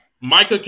Micah